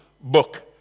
book